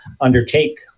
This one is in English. undertake